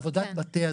עבודת המטה הזאת,